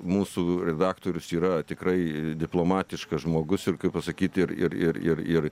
mūsų redaktorius yra tikrai diplomatiškas žmogus ir kaip pasakyt ir ir ir ir